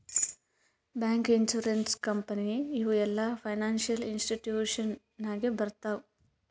bank, insurance company ಇವು ಎಲ್ಲಾ financial institution ನಾಗೆ ಬರ್ತಾವ್